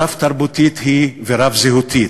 רב-תרבותית היא ורב-זהותית.